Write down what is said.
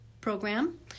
program